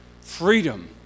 Freedom